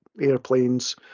airplanes